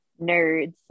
Nerds